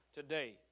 today